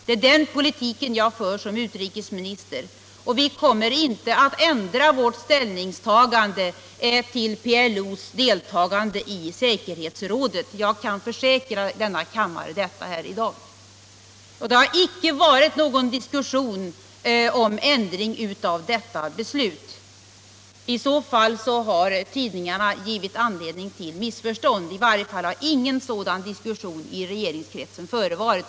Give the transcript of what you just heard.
Det är den politiken jag för som utrikesminister, och vi kommer inte att ändra vårt ställningstagande till PLO:s deltagande i säkerhetsrådet. Jag kan försäkra denna kammare detta. Det har icke varit någon diskussion om ändring av detta beslut. Om tidningsartiklar givit anledning till missförstånd, så har i varje fall ingen sådan diskussion i regeringskretsen förevarit.